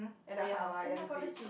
at the Hawaiian beach